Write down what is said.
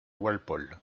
walpole